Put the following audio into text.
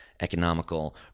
economical